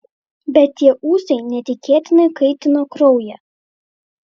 bet tie ūsai neįtikėtinai kaitino kraują